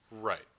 Right